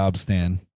Stan